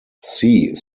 see